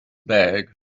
bag